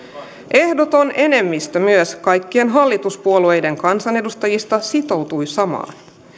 ehdoton enemmistö myös kaikkien hallituspuolueiden kansanedustajista sitoutui samaan